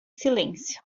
silêncio